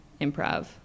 improv